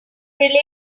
related